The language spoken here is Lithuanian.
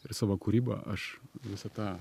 ir savo kūryba aš visą tą